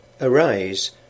Arise